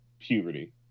Puberty